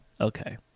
Okay